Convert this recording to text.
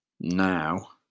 now